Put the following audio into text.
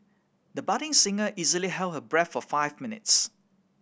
the budding singer easily held her breath for five minutes